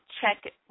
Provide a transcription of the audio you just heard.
check